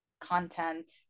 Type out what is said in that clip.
content